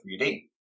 3D